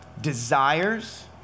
desires